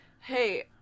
hey